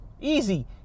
Easy